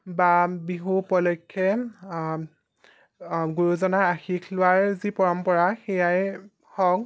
বা বিহু উপলক্ষ্যে গুৰুজনাৰ আশীষ লোৱাৰ যি পৰম্পৰা সেয়াই হওক